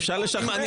אפשר לשכנע.